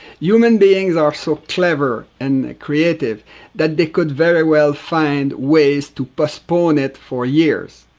human beings are so clever and creative that they could very well find ways to postpone it for years.